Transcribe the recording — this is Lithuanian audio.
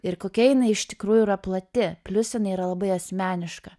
ir kokia jinai iš tikrųjų yra plati plius jinai yra labai asmeniška